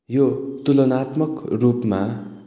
यो तुलानात्मक रूपमा